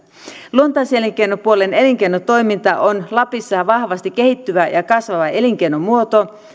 luontais elinkeinopuolen elinkeinotoiminta on lapissa vahvasti kehittyvä ja kasvava elinkeino muoto